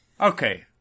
okay